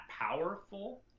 powerful